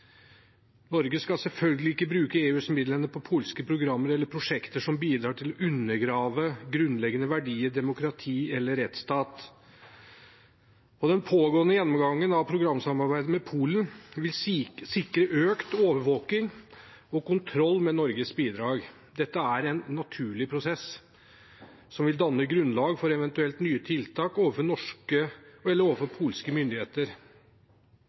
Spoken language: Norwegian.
Norge skal selvfølgelig ikke bruke EØS-midlene på polske programmer eller prosjekter som bidrar til å undergrave grunnleggende verdier, demokrati eller rettsstat. Den pågående gjennomgangen av programsamarbeidet med Polen vil sikre økt overvåking og kontroll med Norges bidrag. Dette er en naturlig prosess som vil danne grunnlag for eventuelle nye tiltak overfor polske myndigheter, og